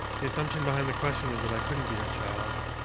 the assumption behind the question was that i couldn't be her child,